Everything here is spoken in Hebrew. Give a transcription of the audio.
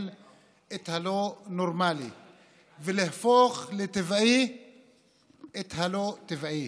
את הלא-נורמלי ולהפוך לטבעי את הלא-טבעי.